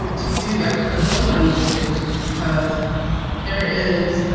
to do a book on e j. josey, is because there is